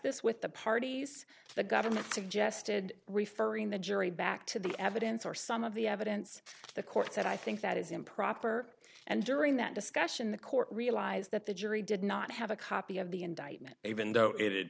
this with the parties the government suggested referring the jury back to the evidence or some of the evidence the court said i think that is improper and during that discussion the court realized that the jury did not have a copy of the indictment even though it